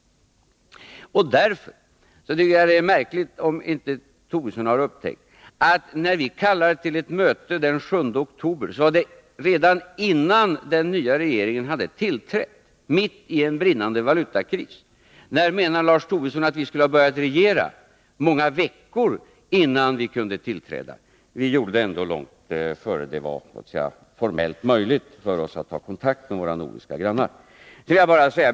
Därför tycker jag det är märkligt om inte Lars Tobisson har upptäckt, att när vi mitt inne i en brinnande valutakris kallade till ett möte den 7 oktober, var det redan innan den nya regeringen hade tillträtt. När skulle vi ha börjat regera? Många veckor innan vi kunde tillträda? Vi gjorde ändå detta, innan det var formellt möjligt för oss att ta kontakter med våra nordiska grannar.